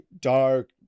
dark